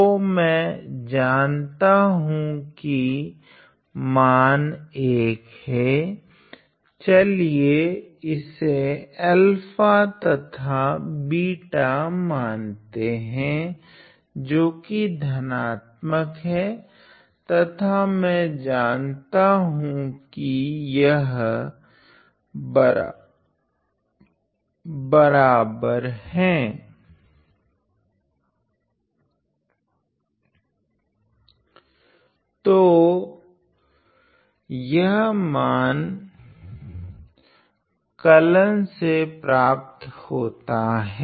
तो मैं जनता हूँ कि मान I हैं चलिए इसे अल्फा तथा बीटा मानते हैं जो कि धनात्मक हैं तथा मैं जानता हूँ कि यह बराबर हैं तो यह मानक कलन से प्राप्त होता हैं